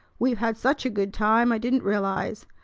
we've had such a good time i didn't realize.